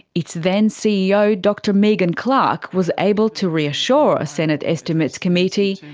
its then ceo dr megan clark was able to reassure a senate estimates committee,